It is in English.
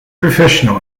professional